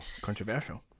controversial